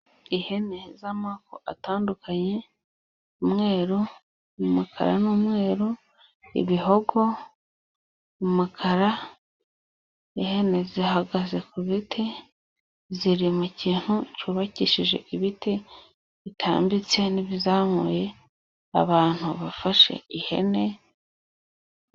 Ihene z'amoko atandukanye, umweru, umukara n'umweru, ibihogo, umukara. Ihene zihagaze ku biti, ziri mu kintu cyubakishije ibiti bitambitse n'ibizamuye. Abantu bafashe ihene.